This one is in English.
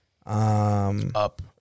Up